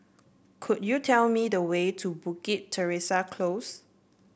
could you tell me the way to Bukit Teresa Close